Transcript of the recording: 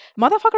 motherfucker